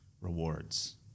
rewards